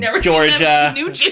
Georgia